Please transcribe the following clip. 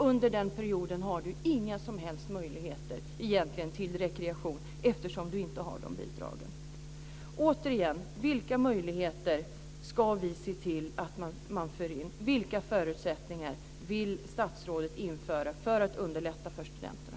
Under den perioden har de inga möjligheter till rekreation eftersom de inte har bidragen. Vilka möjligheter ska vi se till att föra in? Vilka förutsättningar vill statsrådet införa för att underlätta för studenterna?